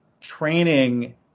training